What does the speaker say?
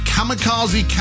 Kamikaze